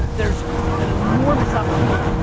there's an enormous opportunity.